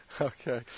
Okay